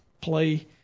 play